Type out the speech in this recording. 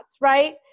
right